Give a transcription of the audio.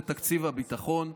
לתקציב הביטחון.